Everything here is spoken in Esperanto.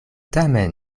tamen